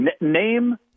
name